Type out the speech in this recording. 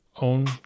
own